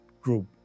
Group